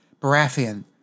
Baratheon